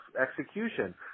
execution